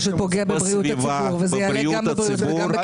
פשוט פוגע בבריאות, וזה יעלה גם בבריאות וגם בכסף.